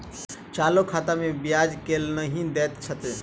चालू खाता मे ब्याज केल नहि दैत अछि